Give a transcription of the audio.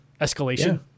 escalation